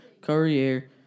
Courier